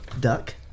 duck